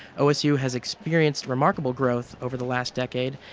osu has experienced remarkable growth over the last decade,